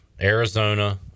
Arizona